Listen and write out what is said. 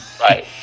Right